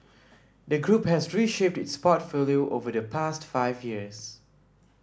the group has reshaped its portfolio over the past five years